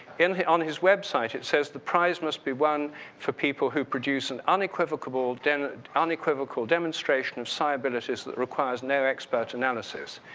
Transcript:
in his on his website, it says the price must be won for people who produce an unequivocable then unequivocal demonstration of psiabilities that requires no expert analysis.